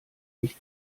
mich